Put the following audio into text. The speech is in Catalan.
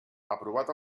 aprovat